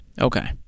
okay